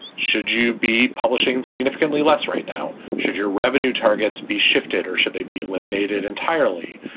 should you be publishing significantly less right now? should your revenue targets be shifted or should they be eliminated entirely?